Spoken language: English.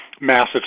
massive